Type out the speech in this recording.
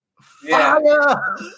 fire